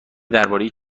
درباره